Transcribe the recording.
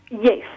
Yes